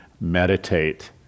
meditate